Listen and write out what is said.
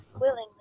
willingly